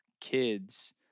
kids